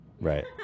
Right